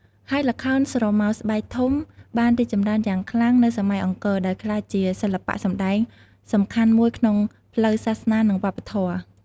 ហើយល្ខោនស្រមោលស្បែកធំ បានរីកចម្រើនយ៉ាងខ្លាំងនៅសម័យអង្គរ ដោយក្លាយជាសិល្បៈសម្តែងសំខាន់មួយក្នុងផ្លូវសាសនា និងវប្បធម៌។